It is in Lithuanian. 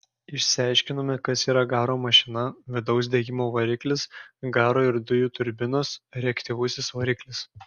išsiaiškinome kas yra garo mašina vidaus degimo variklis garo ir dujų turbinos reaktyvusis variklis